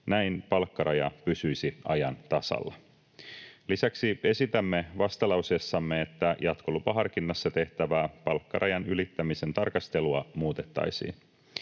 Näin palkkaraja pysyisi ajan tasalla. Lisäksi esitämme vastalauseessamme, että jatkolupaharkinnassa tehtävää palkkarajan ylittämisen tarkastelua muutettaisiin.